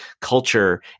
culture